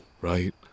right